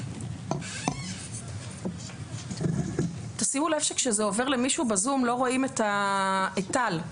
3 ימים ניהלתי את האגף הבכיר להכלה והשתלבות